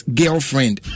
girlfriend